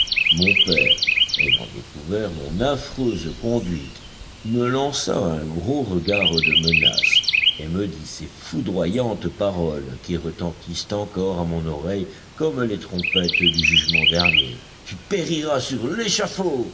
mon père ayant découvert mon affreuse conduite me lança un gros regard de menace et me dit ces foudroyantes paroles qui retentissent encore à mon oreille comme les trompettes du jugement dernier tu périras sur